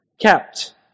kept